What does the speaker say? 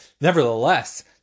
Nevertheless